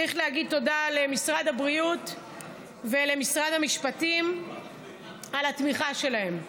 צריך להגיד תודה למשרד הבריאות ולמשרד המשפטים על התמיכה שלהם,